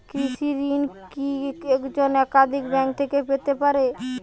কৃষিঋণ কি একজন একাধিক ব্যাঙ্ক থেকে পেতে পারে?